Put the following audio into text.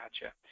Gotcha